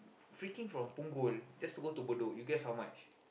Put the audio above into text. freaking from Punggol just to go to Bedok you guess how much